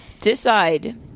decide